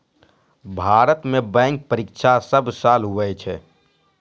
भारत मे बैंक परीक्षा सब साल हुवै छै